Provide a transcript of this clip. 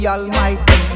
Almighty